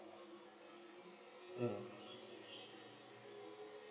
mm